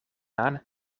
aan